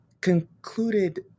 concluded